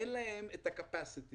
אין להם את הקפסטי